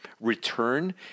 return